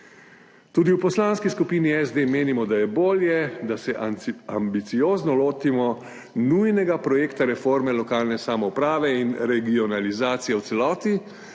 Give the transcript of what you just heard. Tudi v Poslanski skupini Socialnih demokratov menimo, da je bolje, da se ambiciozno lotimo nujnega projekta reforme lokalne samouprave in regionalizacije v celoti,